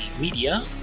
media